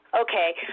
okay